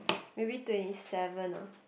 maybe twenty seven ah